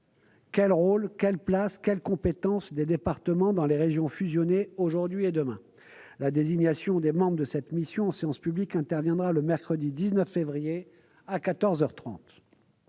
Quel rôle, quelle place, quelles compétences des départements dans les régions fusionnées, aujourd'hui et demain ?» La désignation des membres de cette mission en séance publique interviendra le mercredi 19 février, à seize